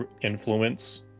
influence